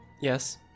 Yes